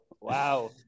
Wow